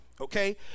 Okay